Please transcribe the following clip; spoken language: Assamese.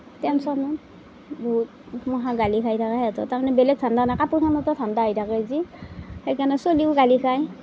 টেনচনো বহুত সেইকাৰণৰ গালি খাই থাকে মানে বেলেগ ধাণ্ডা নাই কাপোৰখনতে ধাণ্ডা হৈ থাকে যে সেইকাৰণে ছলিও গালি খায়